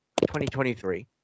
2023